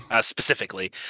specifically